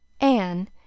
Anne